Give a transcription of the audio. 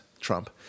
Trump